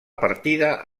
partida